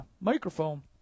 microphone